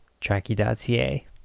tracky.ca